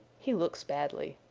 he looks badly.